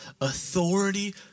authority